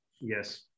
Yes